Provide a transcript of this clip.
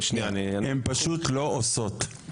הן פשוט לא עושות.